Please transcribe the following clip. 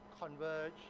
converge